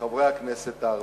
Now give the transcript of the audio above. חברי הכנסת הערבים.